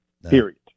Period